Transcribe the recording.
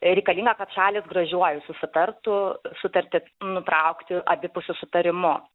reikalinga kad šalys gražiuoju susitartų sutartį nutraukti abipusiu sutarimu